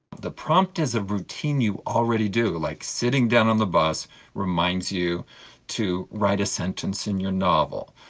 the prompt is a routine you already do, like sitting down on the bus reminds you to write a sentence in your novel.